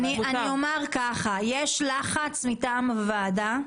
יש לחץ מטעם הוועדה,